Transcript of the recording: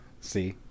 See